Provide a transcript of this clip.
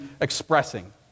expressing